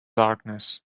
darkness